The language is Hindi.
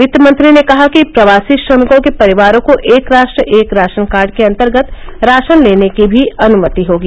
वित्तमंत्री ने कहा कि प्रवासी श्रमिकों के परिवारों को एक राष्ट्र एक राशन कार्ड के अंतर्गत राशन लेने की भी अनुमति होगी